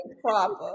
proper